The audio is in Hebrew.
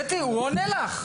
קטי הוא עונה לך.